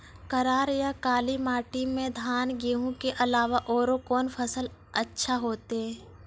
करार या काली माटी म धान, गेहूँ के अलावा औरो कोन फसल अचछा होतै?